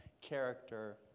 character